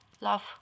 Love